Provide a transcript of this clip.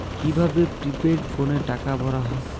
কি ভাবে প্রিপেইড ফোনে টাকা ভরা হয়?